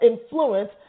Influence